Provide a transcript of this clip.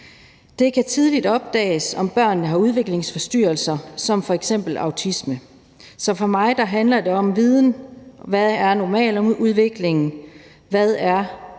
Det kan tidligt opdages, om børnene har udviklingsforstyrrelser som f.eks. autisme, så for mig handler det om viden om, hvad en normal udvikling er, hvad